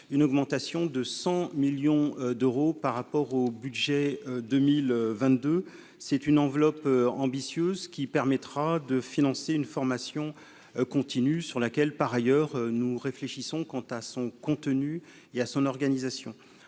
une augmentation de 100 millions d'euros par rapport au budget 2022 c'est une enveloppe ambitieuse qui permettra de financer une formation continue sur laquelle, par ailleurs, nous réfléchissons quant à son contenu, il y a son organisation